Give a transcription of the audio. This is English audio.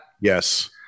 yes